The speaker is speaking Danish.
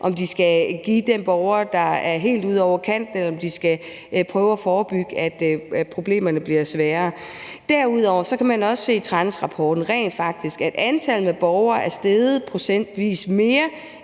om de skal prioritere den borger, der er helt ude over kanten, eller om de skal prøve at forebygge, at problemerne bliver større. Derudover kan man også rent faktisk se ud af Tranæsrapporten, at antallet af borgere procentvis er